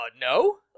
no